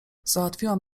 załatwiłam